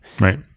Right